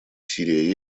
сирия